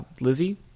Lizzie